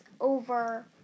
over